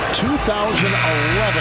2011